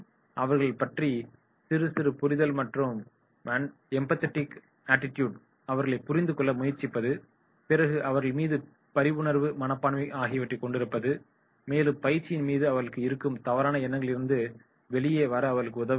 அவர்களை பற்றிய சிறு புரிதல் மற்றும் யம்பதெடிக் ஐடிடூட் அவர்களை புரிந்துகொள்ள முயற்சிப்பது பிறகு அவர்கள் மீது பரிவுணர்வு மனப்பான்மை ஆகியவற்றைக் கொண்டிருப்பது மேலும் பயிற்சியின் மீது அவர்களுக்கு இருக்கும் தவறான எண்ணங்களிலிருந்து வெளியே வர அவர்களுக்கு உதவ வேண்டும்